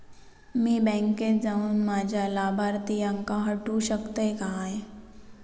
मी बँकेत जाऊन माझ्या लाभारतीयांका हटवू शकतय काय?